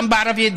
גם בערבית,